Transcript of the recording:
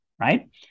right